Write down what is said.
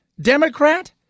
Democrat